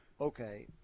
okay